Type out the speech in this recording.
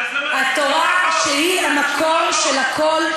התורה, שהיא המקור של הכול,